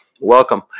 Welcome